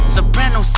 Soprano